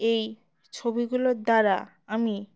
এই ছবিগুলোর দ্বারা আমি